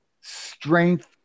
strength